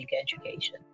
education